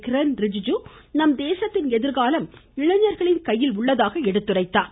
கிரண் ரிஜுஜு நம் தேசத்தின் எதிர்காலம் இளைஞர்கள் கையில் உள்ளதாக எடுத்துரைத்தார்